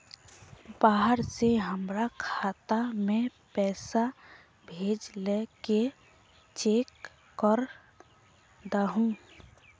बाहर से हमरा खाता में पैसा भेजलके चेक कर दहु?